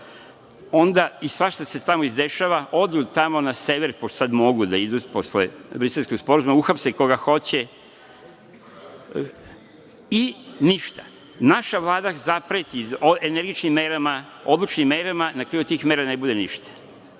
I svašta se tamo izdešava, odu tamo na sever, pošto sad mogu da idu posle Briselskog sporazuma, uhapse koga hoće i ništa. Naša Vlada zapreti odlučnim merama i na kraju od tih mera ne bude ništa.